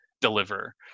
deliver